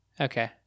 okay